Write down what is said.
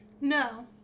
No